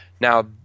Now